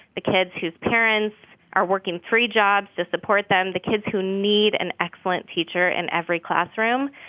the kids whose parents are working three jobs to support them, the kids who need an excellent teacher in every classroom.